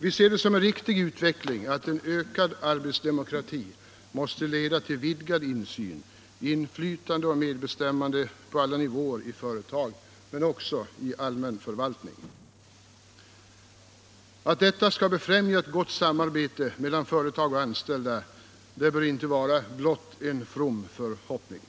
Vi ser det som en riktig utveckling att en ökad arbetsdemokrati måste leda till vidgad insyn, inflytande och medbestämmande på skilda nivåer i företag men också i allmän förvaltning. Att detta skall befrämja ett gott samarbete mellan företag och anställda bör inte vara blott en from förhoppning.